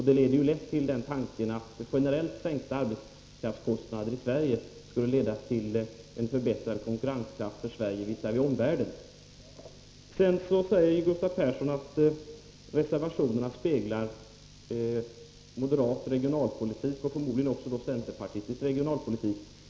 Det leder lätt till tanken att generellt sänkta arbetskraftskostnader i Sverige skulle leda till en förbättrad konkurrenskraft för Sverige visavi omvärlden. Gustav Persson sade att reservationerna speglar den moderata regionalpolitiken och förmodligen också den centerpartistiska.